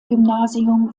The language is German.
gymnasium